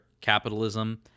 capitalism